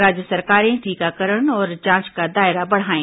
राज्य सरकारें टीकाकरण और जांच का दायरा बढ़ाएं